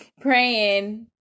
praying